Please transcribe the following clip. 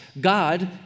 God